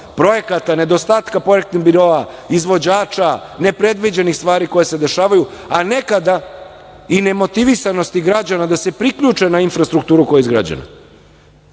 projekata, nedostatka projektnog biroa, izvođača, nepredviđenih stvari koje se dešavaju, a nekada i nemotivisanosti građana da se priključe na infrastrukturu koja je izgrađena.